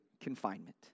confinement